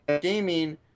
Gaming